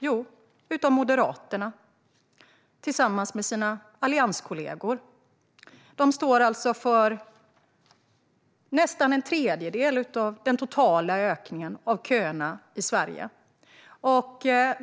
Jo, av Moderaterna och allianskollegorna. De står alltså för nästan en tredjedel av den totala ökningen av köerna i Sverige.